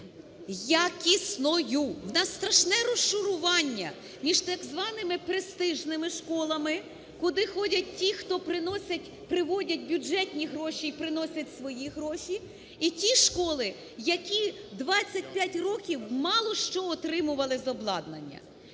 якісною. У нас страшне розшарування між так званими престижними школами, куди ходять ті, хто приносять… приводять бюджетні гроші і приносять свої гроші, і ті школи, які 25 років мало що отримували з обладнання.